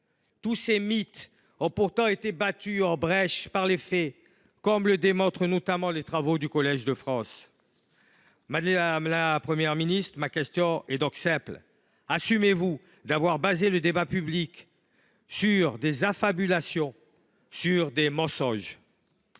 Tous ces mythes ont pourtant été battus en brèche par les faits, comme le démontrent notamment les travaux du Collège de France. Madame la Première ministre, assumez vous d’avoir fondé le débat public sur des affabulations et sur des mensonges ?